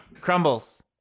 Crumbles